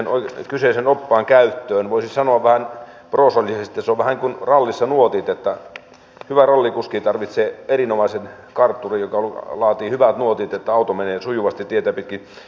sen kyseisen oppaan käytöstä voisi sanoa vähän proosallisesti että se on vähän kuin rallissa nuotit että hyvä rallikuski tarvitsee erinomaisen kartturin joka laatii hyvät nuotit että auto menee sujuvasti tietä pitkin